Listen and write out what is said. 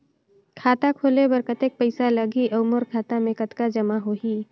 खाता खोले बर कतेक पइसा लगही? अउ मोर खाता मे कतका जमा होही?